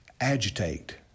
Agitate